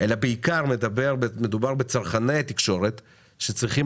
אלא בעיקר מדובר בצרכני התקשורת שצריכים